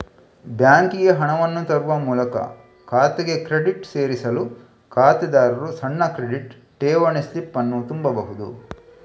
ಬ್ಯಾಂಕಿಗೆ ಹಣವನ್ನು ತರುವ ಮೂಲಕ ಖಾತೆಗೆ ಕ್ರೆಡಿಟ್ ಸೇರಿಸಲು ಖಾತೆದಾರರು ಸಣ್ಣ ಕ್ರೆಡಿಟ್, ಠೇವಣಿ ಸ್ಲಿಪ್ ಅನ್ನು ತುಂಬಬಹುದು